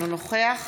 אינו נוכח